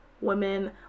women